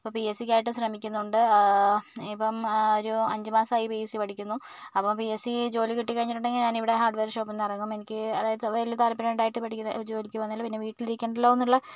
അപ്പോൾ P S C ക്കായിട്ടു ശ്രമിക്കുന്നുണ്ട് ഇപ്പം ആ ഒരു അഞ്ചു മാസമായി പി എസ് സി പഠിക്കുന്നു അപ്പോൾ പി എസ് സി ജോലി കിട്ടിക്കഴിഞ്ഞിട്ടുണ്ടെങ്കിൽ ഞാനിവിടെ ഹാർഡ്വെയർ ഷോപ്പിൽ നിന്ന് ഇറങ്ങും എനിക്ക് അതായത് വലിയ താല്പര്യം ഉണ്ടായിട്ട് പഠിക്കുന്ന ജോലിക്ക് പോകുന്നതല്ല പിന്നെ വീട്ടിലിരിക്കണ്ടല്ലോ എന്നുള്ള